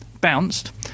bounced